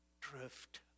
drift